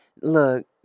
Look